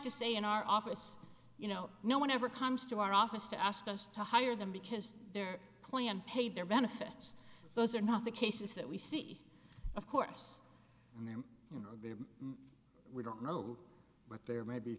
to say in our office you know no one ever comes to our office to ask us to hire them because they're clean and pay their benefits those are not the cases that we see of course and them you know they have we don't know but there may be